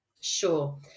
Sure